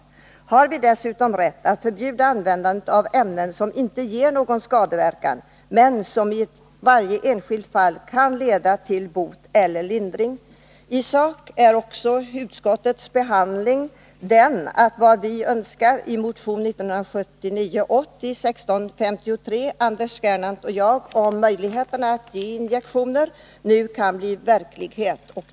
Att vi ej har rätt att förbjuda användandet av ämnen som inte ger någon skadeverkan men som i varje enskilt fall kan leda till bot eller lindring. I sak innebär utskottsbehandlingen att också vad Anders Gernandt och jag yrkat i motionen 1979/80:1653 om möjligheterna att ge injektioner nu kan bli verklighet.